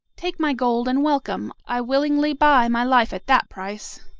take my gold, and welcome. i willingly buy my life at that price.